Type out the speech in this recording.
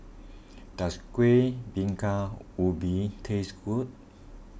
does Kueh Bingka Ubi taste good